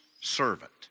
servant